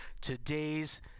today's